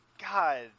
God